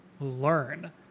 learn